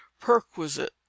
perquisite